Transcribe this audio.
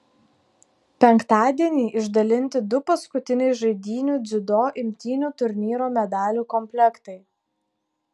penktadienį išdalinti du paskutiniai žaidynių dziudo imtynių turnyro medalių komplektai